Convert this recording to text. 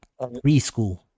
preschool